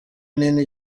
nini